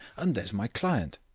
and there's my client.